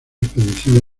expedición